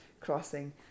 crossing